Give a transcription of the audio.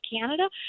Canada